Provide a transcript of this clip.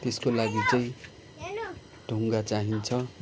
त्यसको लागि चाहिँ ढुङ्गा चाहिन्छ